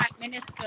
minister